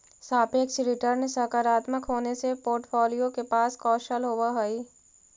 सापेक्ष रिटर्न सकारात्मक होने से पोर्ट्फोलीओ के पास कौशल होवअ हई